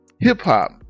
hip-hop